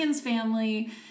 family